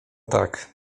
tak